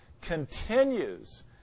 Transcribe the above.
continues